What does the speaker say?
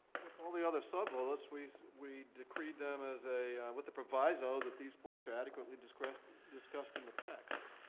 with all the other sub-bullets, we so we decreed them as a. with the proviso that these points are adequately discussed discussed in the text.